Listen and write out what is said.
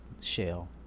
shell